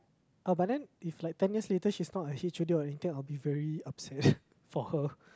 uh but then if like ten years later she's not a H_O_D or anything I will be very upset for her